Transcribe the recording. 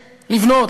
לבנות,